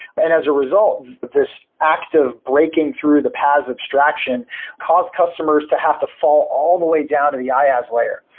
and as a result, this active braking through the past obstruction caused customers to have to fall all the way down to the iaas layer.